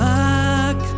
back